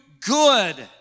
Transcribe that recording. good